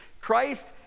Christ